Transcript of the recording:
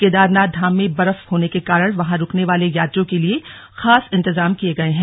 केदानाथ धाम में बर्फ होने के कारण वहां रुकने वाले यात्रियों के लिए खास इंतजाम किए गए हैं